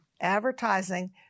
Advertising